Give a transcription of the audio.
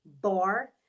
Bar